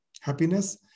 happiness